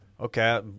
Okay